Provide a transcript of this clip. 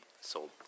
sold